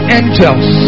angels